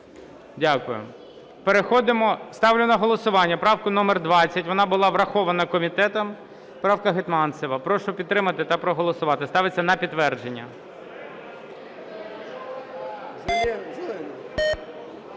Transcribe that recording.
Переходимо… Ставлю на голосування правку номер 20. Вона була врахована комітетом. Правка Гетманцева. Прошу підтримати та проголосувати. Ставиться на підтвердження.